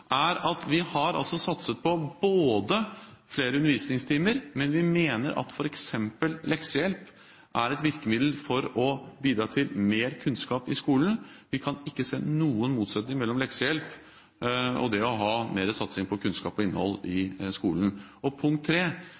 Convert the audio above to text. er et uttrykk for en svartmaling som ikke kler Høyre. Det var punkt 1. Punkt 2: Vi har altså satset på flere undervisningstimer, men vi mener at f.eks. leksehjelp er et virkemiddel for å bidra til mer kunnskap i skolen. Vi kan ikke se noen motsetning mellom leksehjelp og det å ha mer satsing på kunnskap og innhold i skolen.